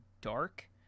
dark